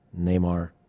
Neymar